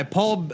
Paul